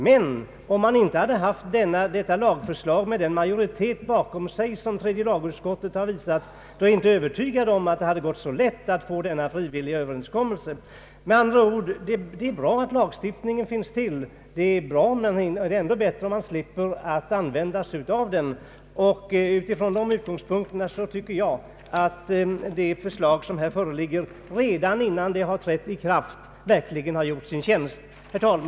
Men om inte detta lagförslag hade framlagts och behandlats i tredje lagutskottet med den majoritet som där funnits, är jag inte övertygad om att det gått så lätt att få en frivillig överenskommelse. Det är med andra ord bra att det finns en lagstiftning, men det är ännu bättre om vi slipper begagna oss av den. Ur denna synpunkt tycker jag att det förslag som här föreligger verkligen har gjort sin tjänst redan innan det trätt i kraft. Herr talman!